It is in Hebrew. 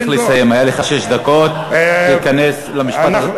צריך לסיים, היו לך שש דקות, תתכנס למשפט האחרון.